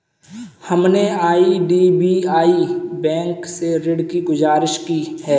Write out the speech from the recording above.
हमने IDBI bank से ऋण की गुजारिश की है